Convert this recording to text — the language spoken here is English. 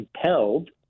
compelled